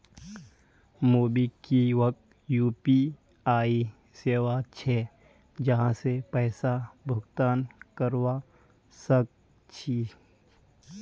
MobiKwik UPI सेवा छे जहासे पैसा भुगतान करवा सक छी